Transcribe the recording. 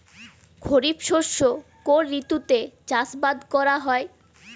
খরিফ শস্য কোন ঋতুতে চাষাবাদ করা হয়?